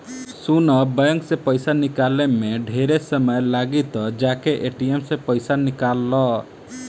सुन बैंक से पइसा निकाले में ढेरे समय लागी त जाके ए.टी.एम से पइसा निकल ला